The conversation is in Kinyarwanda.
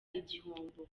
igihombo